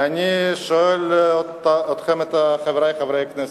ואני שואל אתכם, חברי חברי הכנסת,